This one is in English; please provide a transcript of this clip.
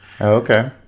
Okay